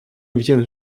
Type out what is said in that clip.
wiedziałem